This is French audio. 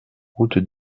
route